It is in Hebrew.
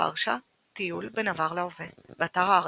ורשה טיול בין עבר להווה, באתר הארץ,